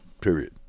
period